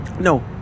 No